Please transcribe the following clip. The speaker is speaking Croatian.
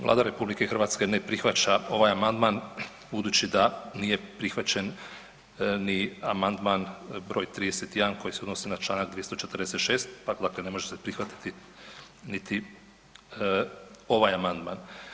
Vlada RH ne prihvaća ovaj amandman budući da nije prihvaćen ni amandman broj 31. koji se odnosi na Članak 246. pa dakle ne može se prihvatiti niti ovaj amandman.